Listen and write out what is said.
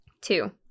Two